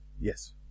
Yes